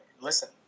listen